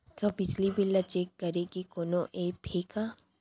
का बिजली बिल ल चेक करे के कोनो ऐप्प हे का?